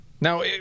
Now